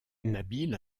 nabil